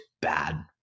bad